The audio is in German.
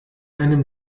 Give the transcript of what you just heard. einem